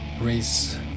race